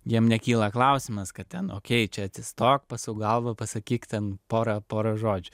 jiem nekyla klausimas kad ten atsistok pasuk galvą pasakyk ten porą porą žodžių